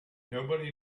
nobody